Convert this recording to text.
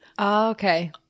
Okay